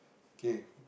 okay